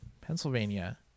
Pennsylvania